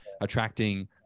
attracting